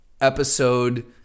episode